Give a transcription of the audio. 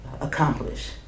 accomplish